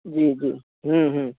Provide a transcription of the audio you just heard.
जी जी हॅं हॅं